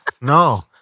No